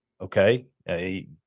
okay